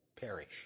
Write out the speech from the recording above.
perish